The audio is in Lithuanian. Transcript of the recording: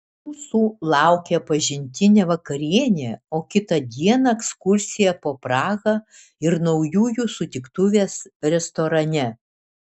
mūsų laukė pažintinė vakarienė o kitą dieną ekskursija po prahą ir naujųjų sutiktuvės restorane